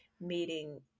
meeting